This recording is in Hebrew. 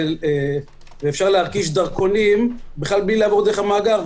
ואפשר להרכיש דרכונים בלי לעבור דרך המאגר,